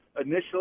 initially